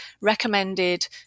recommended